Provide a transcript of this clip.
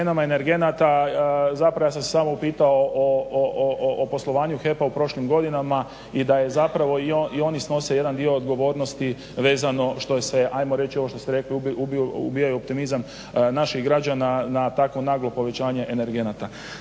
naših građana na tako naglo povećanje energenata.